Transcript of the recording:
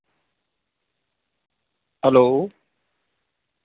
hello